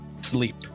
sleep